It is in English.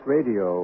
Radio